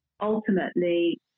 ultimately